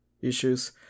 issues